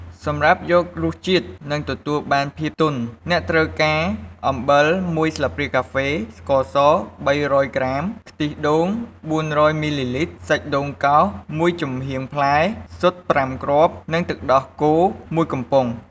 សម្រាប់យករសជាតិ និងទទួលបានភាពទន់ អ្នកត្រូវការ អំបិល ១ ស្លាបព្រាកាហ្វេ ស្ករស ៣០០ ក្រាម ខ្ទិះដូង ៤០០ មីលីលីត្រ សាច់ដូងកោស ១ ចំហៀងផ្លែ ស៊ុត ៥ គ្រាប់ និង ទឹកដោះគោ ១ កំប៉ុង។